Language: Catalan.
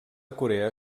corea